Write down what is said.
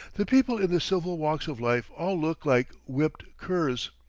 the people in the civil walks of life all look like whipped curs.